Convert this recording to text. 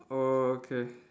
oh okay